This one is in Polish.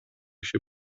się